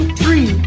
three